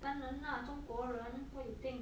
当然啦中国人 what you think